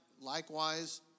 likewise